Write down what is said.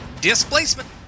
Displacement